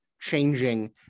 changing